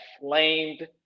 flamed